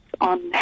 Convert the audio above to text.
on